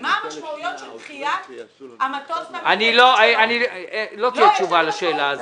ומה המשמעויות של דחיית המטוס --- לא צריך תשובה לשאלה הזאת.